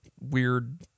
weird